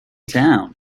town